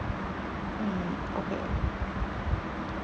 mm okay